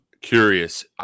curious –